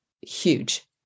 huge